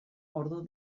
ordu